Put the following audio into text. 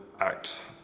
act